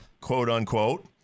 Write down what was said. quote-unquote